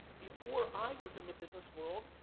before i was in the business world,